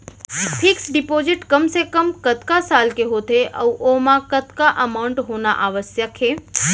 Fix deposit कम से कम कतका साल के होथे ऊ ओमा कतका अमाउंट होना आवश्यक हे?